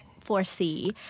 foresee